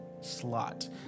slot